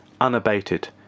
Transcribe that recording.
unabated